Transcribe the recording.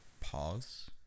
Pause